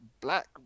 black